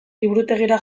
liburutegira